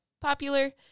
popular